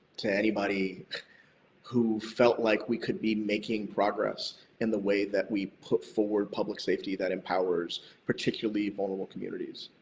to anybody who felt like we could be making progress in the way that we put forward public safety that empowers particularly vulnerable communities.